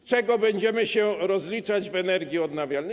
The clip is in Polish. Z czego będziemy się rozliczać w energii odnawialnej?